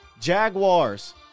Jaguars